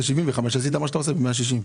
ב-75 עשית מה שאתה עושה ב-160.